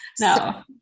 No